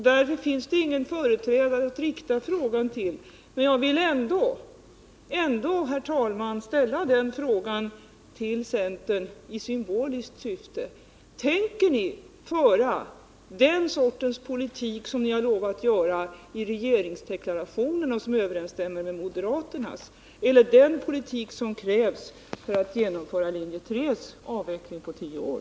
Därför finns det ingen företrädare för centern att rikta frågor till. Men jag vill ändå, herr talman, i symboliskt syfte fråga: Tänker ni föra den sortens politik som ni i regeringsdeklarationen har lovat föra och som överensstämmer med moderaternas, eller den politik som krävs för att genomföra linje 3:s avveckling på tio år?